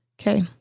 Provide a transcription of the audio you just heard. Okay